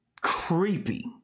creepy